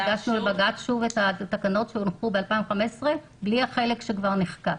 הגשנו שוב לוועדה את התקנות שהוגשו ב-2015 בלי החלק שכבר נחקק.